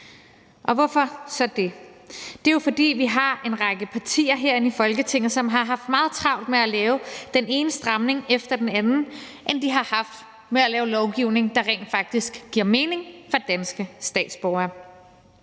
Hvorfor så det? Det er jo, fordi vi har en række partier herinde i Folketinget, som har haft meget mere travlt med at lave den ene stramning efter den anden, end de har haft med at lave lovgivning, der rent faktisk giver mening for danske statsborgere.